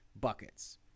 buckets